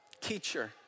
teacher